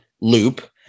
loop